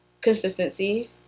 consistency